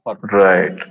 Right